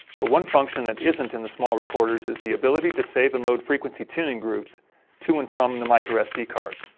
but one function that isn't in the small recorders is the ability to save and load frequency tuning groups to and from the microsd card.